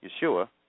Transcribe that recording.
Yeshua